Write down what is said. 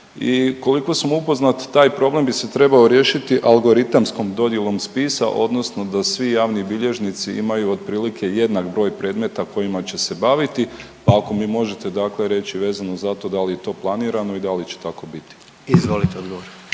i koliko sam upoznat taj problem bi se trebao riješiti algoritamskom dodjelom spisa odnosno da svi javni bilježnici imaju otprilike jednak broj predmeta kojima će se baviti, pa ako mi možete dakle reći vezano za to da li je to planirano i da li će tako biti. **Jandroković,